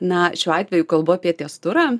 na šiuo atveju kalbu apie testurą